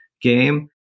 game